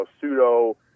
pseudo